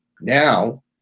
Now